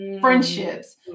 friendships